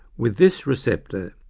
with this receptor,